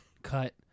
cut